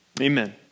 Amen